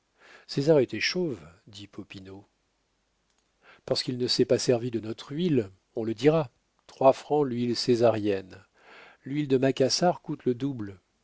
césar était chauve dit popinot parce qu'il ne s'est pas servi de notre huile on le dira a trois francs l'huile césarienne l'huile de macassar coûte le double